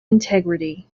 integrity